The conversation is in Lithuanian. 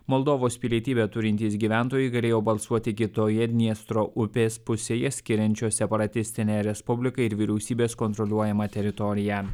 moldovos pilietybę turintys gyventojai galėjo balsuoti kitoje dniestro upės pusėje skiriančios separatistinę respubliką ir vyriausybės kontroliuojamą teritoriją